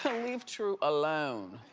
and leave true alone.